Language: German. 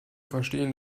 verstehen